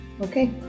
okay